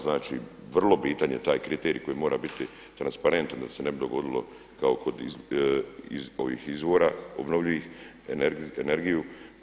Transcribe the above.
Znači, vrlo bitan je taj kriterij koji mora biti transparentan da se ne bi dogodilo kao kod ovih izvora ovih obnovljivih energiju.